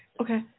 Okay